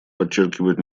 подчеркивают